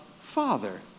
Father